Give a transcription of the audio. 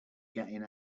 going